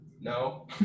no